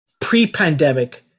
pre-pandemic